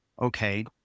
okay